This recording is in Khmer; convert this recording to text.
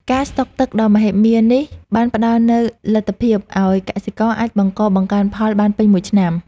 ការស្តុកទឹកដ៏មហិមានេះបានផ្ដល់នូវលទ្ធភាពឱ្យកសិករអាចបង្កបង្កើនផលបានពេញមួយឆ្នាំ។